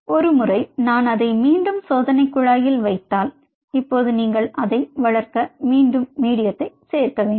ஒருமுறை நான் அதை மீண்டும் சோதனைக் குழாயில் வைத்தால் இப்போது நீங்கள் அதை வளர்க்க மீண்டும் மீடியத்தை சேர்க்க வேண்டும்